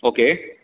okay